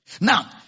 Now